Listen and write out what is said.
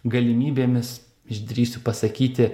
galimybėmis išdrįsiu pasakyti